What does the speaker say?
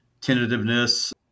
tentativeness